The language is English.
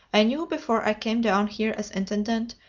i knew, before i came down here as intendant,